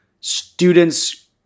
students